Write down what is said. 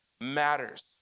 matters